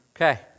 Okay